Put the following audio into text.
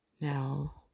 Now